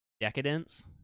decadence